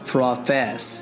Profess